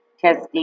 testing